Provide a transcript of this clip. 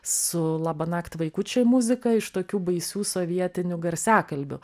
su labanakt vaikučiai muzika iš tokių baisių sovietinių garsiakalbių